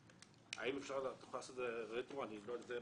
האם אפשר לעשות זאת רטרו, אני לא יודע.